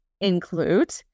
include